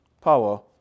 power